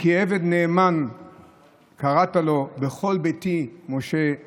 "כי עבד נאמן קראת לו", "בכל ביתי נאמן",